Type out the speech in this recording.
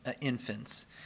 infants